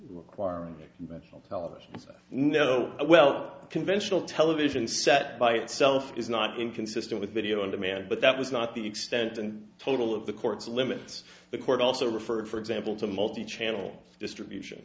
requiring televisions no well conventional television set by itself is not inconsistent with video on demand but that was not the extent and total of the court's limits the court also referred for example to multi channel distribution